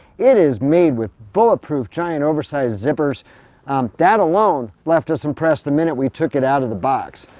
it is made with bulletproof giant oversized zippers that alone left us impressed the minute we took it out of the box.